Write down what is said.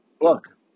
look